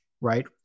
right